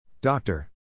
Doctor